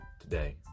today